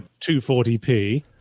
240p